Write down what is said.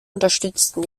unterstützten